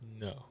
No